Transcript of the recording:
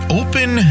open